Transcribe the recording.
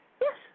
Yes